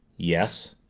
yes.